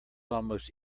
almost